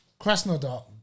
Krasnodar